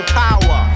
power